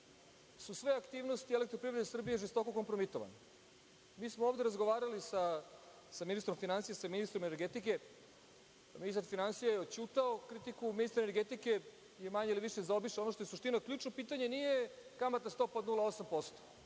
su sve aktivnosti „Elektroprivrede Srbije“ žestoko kompromitovane. Ovde smo razgovarali sa ministrom finansija i sa ministrom energetike. Ministar finansija je oćutao kritiku, ministar energetike je manje ili više zaobišao ono što je suština. Ključno pitanje nije kamatna stopa od 0,8%